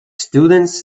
students